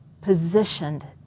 positioned